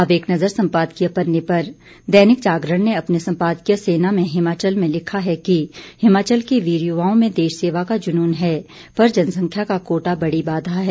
अब एक नज़र सम्पादकीय पन्ने पर दैनिक जागरण ने अपने सम्पादकीय सेना में हिमाचल में लिखा है कि हिमाचल के वीर युवाओं में देश सेवा का जुनून है पर जनसंख्या का कोटा बड़ी बाधा है